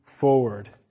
forward